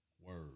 Word